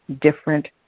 different